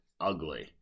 ugly